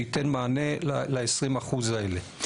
שייתן מענה ל-20% האלה.